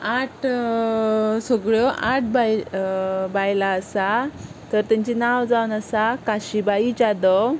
आठ सगळ्यो आठ बाय बायलो आसा तर तांचीं नांवां जावन आसा काशीबाई जाधव